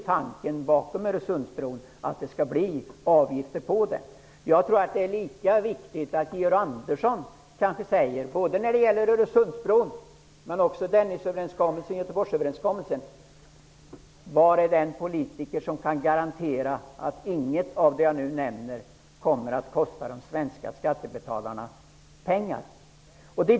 Tanken bakom är ju att det skall bli avgifter på Öresundsbron. Jag tror att det är lika viktigt att Georg Andersson frågar sig om Öresundsbron, Göteborgsöverenskommelsen: Var finns den politiker som kan garantera att inget av det jag nu nämner kommer att kosta de svenska skattebetalarna pengar?